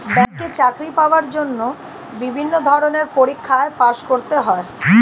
ব্যাংকে চাকরি পাওয়ার জন্য বিভিন্ন ধরনের পরীক্ষায় পাস করতে হয়